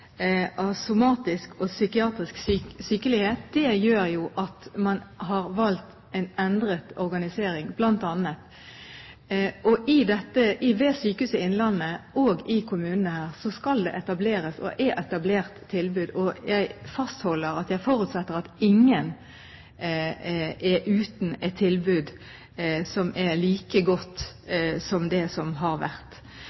av somatisk og psykiatrisk sykelighet, gjør at man har valgt en endret organisering bl.a. Ved Sykehuset Innlandet og i kommunene der skal det etableres – og det er etablert – et tilbud, og jeg fastholder at jeg forutsetter at ingen er uten et tilbud som er like godt